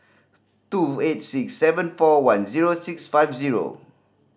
two eight six seven four one zero six five zero